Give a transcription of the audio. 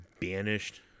banished